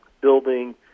building